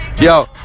Yo